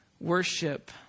worship